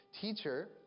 Teacher